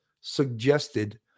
suggested